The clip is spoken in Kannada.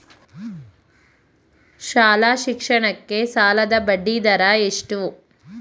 ಶಾಲಾ ಶಿಕ್ಷಣಕ್ಕೆ ಸಾಲದ ಬಡ್ಡಿದರ ಎಷ್ಟು?